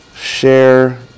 share